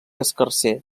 escarser